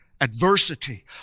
adversity